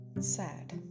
sad